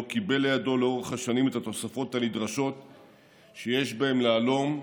לא קיבל לידו לאורך השנים את התוספות הנדרשות שיש בהן להלום,